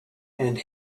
and